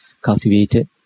cultivated